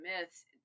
myths